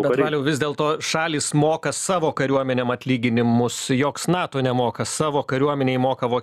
bet valiau vis dėl to šalys moka savo kariuomenėm atlyginimus joks nato nemoka savo kariuomenei moka